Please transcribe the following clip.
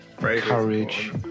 courage